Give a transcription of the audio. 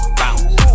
bounce